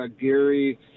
Gary